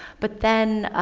but then